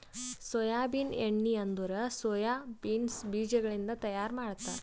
soybean ಎಣ್ಣಿ ಅಂದುರ್ soya beans ಬೀಜಗೊಳಿಂದ್ ತೈಯಾರ್ ಮಾಡ್ತಾರ